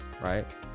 Right